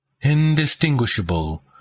Indistinguishable